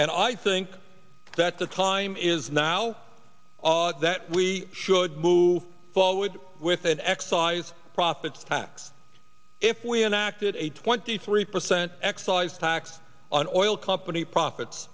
and i think that the time is now that we should move forward with an excise profits tax if we enacted a twenty three percent excise tax on oil company profits